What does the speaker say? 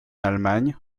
allemagne